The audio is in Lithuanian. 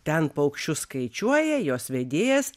ten paukščius skaičiuoja jos vedėjas